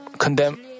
condemn